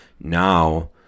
Now